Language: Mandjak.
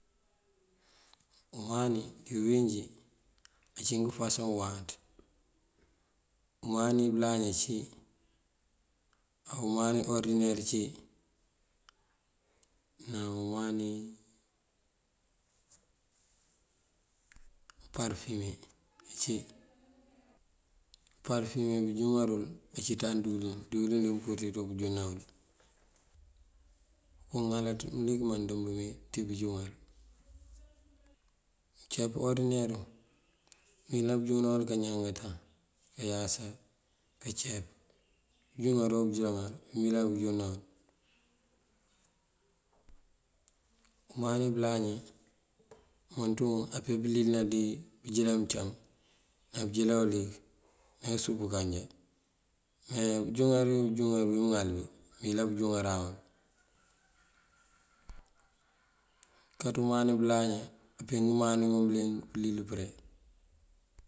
Umani dí bëwínjí ací ngëfasoŋ ngëwáanţ: umani bëlaña ací, aw umani orëdiner cí ná umani uparëfume ací. Parëfume bënjúŋar uwël ací ţañ díwëlin, díwëlin dí mëmpurir pëjúŋëna wël. Oko ŋalaţ mëlik mandëmb mí ţí bëjúŋar. Ceep orëdiner wun mëyëlaŋ kanjúŋëna wël kañankatan, kayasa, kaceep. Bënjúŋar, bunjúŋar mëyëlan pënjúŋëno wël. Umani bëlaña umënţun ape pëlilëna di bënjëlan mëncam ná bënjëlan uliyëk na sup kanja, me bënjúŋar o bënjúŋar bí mëŋal bí mëyënlan pënjúŋaram wël. káţ umani bëlaña apee ngëmani ngun bëling pëlil përe.